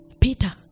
Peter